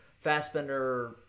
Fassbender